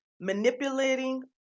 manipulating